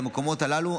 למקומות הללו,